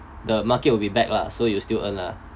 the market will be back lah so you still earn lah